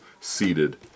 seated